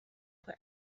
for